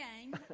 game